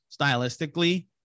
stylistically